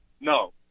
No